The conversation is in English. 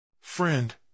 Friend